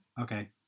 Okay